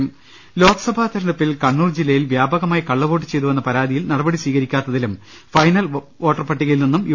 രുട്ട്ട്ട്ട്ട്ട്ട്ട്ട ലോകസഭാ തെരഞ്ഞെടുപ്പിൽ കണ്ണൂർ ജില്ലയിൽ വ്യാപകമായി കള്ളവോട്ട് ചെയ്തുവെന്ന പരാതിയിൽ നടപടി സ്വീകരിക്കാത്തതിലും ഫൈനൽ വോട്ടർ പട്ടികയിൽ നിന്നും യു